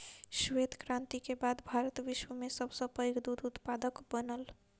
श्वेत क्रांति के बाद भारत विश्व में सब सॅ पैघ दूध उत्पादक बनल